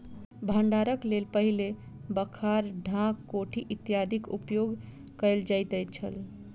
भंडारणक लेल पहिने बखार, ढाक, कोठी इत्यादिक उपयोग कयल जाइत छल